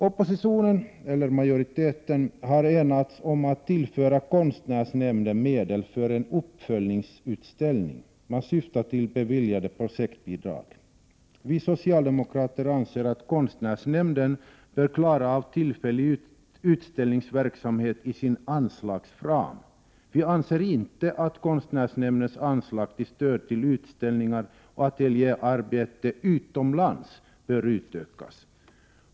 Oppositionen, eller majoriteten, har enats om att tillföra konstnärsnämnden medel för en uppföljningsutställning. Man syftar till beviljade projektbidrag. Vi socialdemokrater anser att konstnärsnämnden bör klara av tillfällig utställningsverksamhet inom anslagsramen. Vi anser inte att konstnärsnämndens anslag till stöd till utställningar och ateljéarbete utomlands bör utökas.